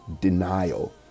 Denial